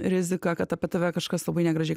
rizika kad apie tave kažkas labai negražiai